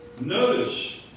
Notice